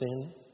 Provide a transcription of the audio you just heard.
sin